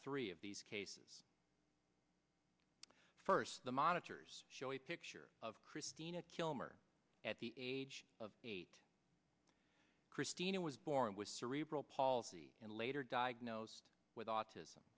three of these cases first the monitors show a picture of christina kilmer at the age of eight christina was born with cerebral palsy and later diagnosed with autism